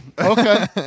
okay